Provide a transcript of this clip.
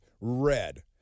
red